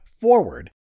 forward